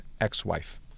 ex-wife